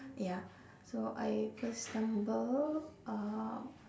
ya so I first stumbled uh